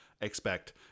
expect